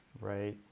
Right